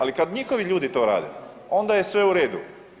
Ali kad njihovi ljudi to rade onda je sve u redu.